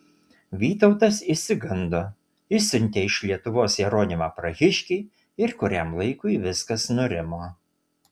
vytautas išsigando išsiuntė iš lietuvos jeronimą prahiškį ir kuriam laikui viskas nurimo